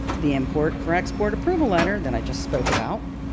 the import for export approval letter that i just spoke about,